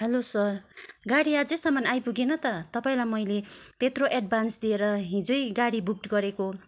hello sir गाडी अझैसम्म आइपुगेन त तपाईँलाई मैले त्यत्रो एडभान्स दिएर हिजै गाडी बुक्ड गरेको